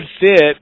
fit